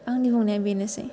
आंनि बुंनाया बेनोसै